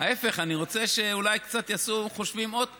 ההפך, אני רוצה שאולי קצת יעשו חושבים עוד פעם,